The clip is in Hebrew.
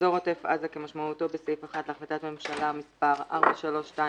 "אזור עוטף עזה" - כמשמעותו בסעיף 1 להחלטת הממשלה מס' 4328,